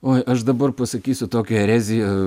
oi aš dabar pasakysiu tokią ereziją